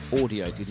audio